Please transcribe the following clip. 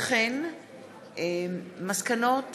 מסקנות